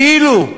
כאילו.